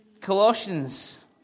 Colossians